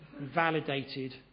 validated